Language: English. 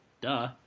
Duh